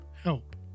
help